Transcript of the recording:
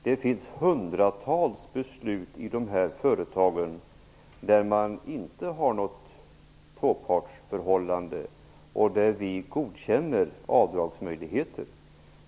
Det fattas hundratals beslut i de här företagen utan att det föreligger något tvåpartsförhållande men där vi godkänner avdragsmöjligheter.